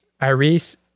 iris